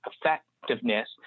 effectiveness